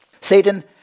Satan